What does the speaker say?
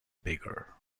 bigger